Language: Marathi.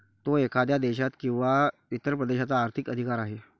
तो एखाद्या देशाचा किंवा इतर प्रदेशाचा आर्थिक अधिकार आहे